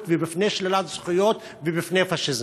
ובפני שלילת זכויות ובפני פאשיזם.